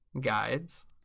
guides